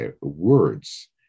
words